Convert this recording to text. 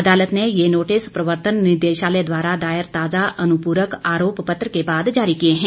अदालत ने ये नोटिस प्रवर्तन निदेशालय द्वारा दायर ताजा अनुपूरक आरोप पत्र के बाद जारी किए हैं